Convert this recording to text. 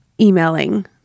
emailing